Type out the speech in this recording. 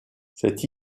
cette